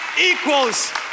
equals